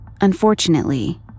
Unfortunately